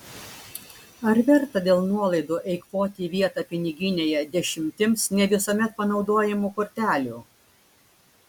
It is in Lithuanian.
ar verta dėl nuolaidų eikvoti vietą piniginėje dešimtims ne visuomet panaudojamų kortelių